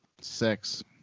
Six